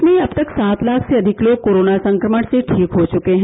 देश में अब तक सात लाख से अधिक लोग कोरोना संक्रमण से ठीक हो चुके हैं